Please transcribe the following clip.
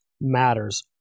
matters